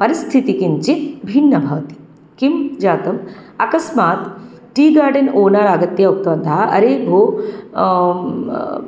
परिस्थितिः किञ्चित् भिन्नः भवति किं जातम् अकस्मात् टि गार्डन् ओनर् आगत्य उक्तवन्तः अरे भो